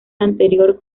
anterior